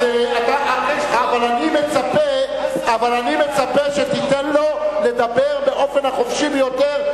אבל אני מצפה שתיתן לו לדבר באופן החופשי ביותר,